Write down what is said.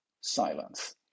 silence